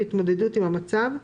והתמודדות עם המצב,